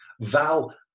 Val